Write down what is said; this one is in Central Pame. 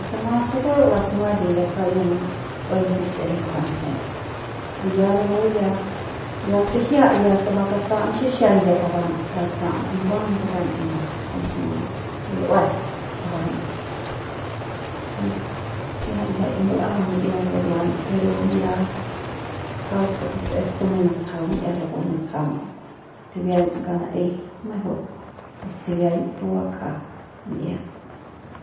se mas tujueu las nueve kauk ya munu'uen kich'ijiñ pu kanjet y ya rapu ya ya tijia ya se ba katam xixaiñ ya tabam tatam nguang kutenma kunjua ngul'ue tabam pus kiajai jai ngul'ajau mi'ia buruan pero ya kauk es tumeiñ nutsjau mi'ia rapu nutsjam tibiaiñ kauk naei mejeu pus tibiaiñ pu bakja mi'ia